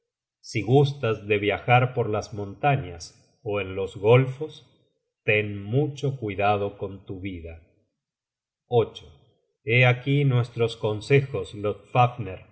si gustas de viajar por las montañas ó en los golfos ten mucho cuidado con tu vida hé aquí nuestros consejos